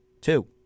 Two